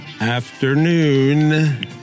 afternoon